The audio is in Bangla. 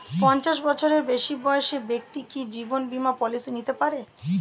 পঞ্চাশ বছরের বেশি বয়সের ব্যক্তি কি জীবন বীমা পলিসি নিতে পারে?